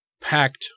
packed